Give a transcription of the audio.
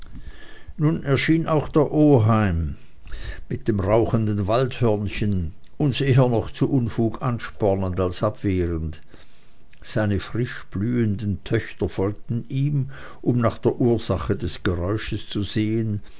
nun erschien auch der oheim mit dem rauchenden waldhörnchen uns eher noch zu unfug anspornend als abwehrend seine frisch blühenden töchter folgten ihm um nach der ursache des geräusches zu sehen